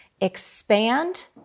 expand